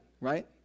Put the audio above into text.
right